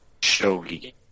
Shogi